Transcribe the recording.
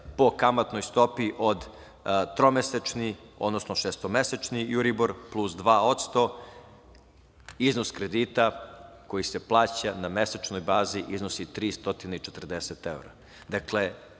po kamatnoj stopi od tromesečni, odnosno šestomesečni EURIBOR, plus 2%, iznos kredita koji se plaća na mesečnoj bazi iznosi 340 evra.